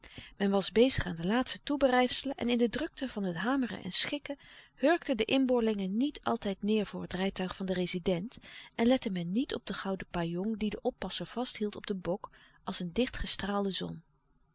men was bezig aan de laatste toebereidselen en in de drukte van het hameren en schikken hurkten de inboorlingen niet altijd neêr voor het rijtuig van den rezident en lette men niet op de gouden pajong die de oppasser vasthield op den bok als een dichtgestraalde zon